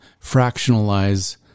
fractionalize